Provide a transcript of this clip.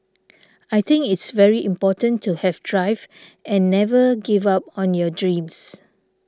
I think it's very important to have drive and never give up on your dreams